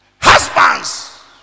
Husbands